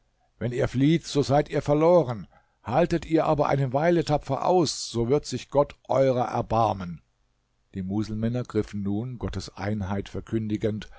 wenn ihr flieht so seid ihr verloren haltet ihr aber eine weile tapfer aus so wird sich gott eurer erbarmen die muselmänner griffen nun gottes einheit verkündigend